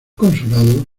consulado